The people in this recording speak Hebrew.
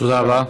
תודה רבה.